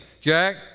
Jack